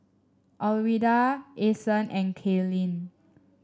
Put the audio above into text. Alwilda Ason and Cailyn